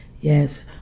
yes